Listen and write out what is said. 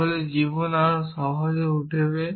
তাহলে জীবন আরও সহজ হয়ে উঠবে